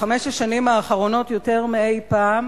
ובחמש השנים האחרונות יותר מאי-פעם,